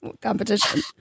competition